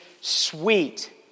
sweet